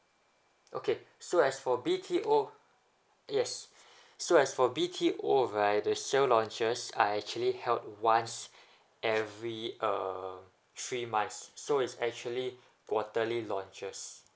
okay so as for B_T_O yes so as for B_T_O right the sale launches are actually held once every um three months so it's actually quarterly launches